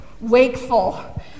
wakeful